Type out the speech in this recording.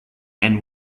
and